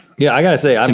yeah, i gotta say, i mean